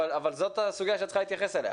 אבל זו הסוגיה שאת צריכה להתייחס אליה.